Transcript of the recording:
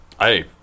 Hey